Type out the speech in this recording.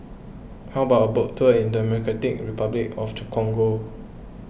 how about a boat tour in Democratic Republic of the Congo